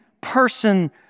person